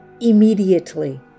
immediately